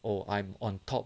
oh I'm on top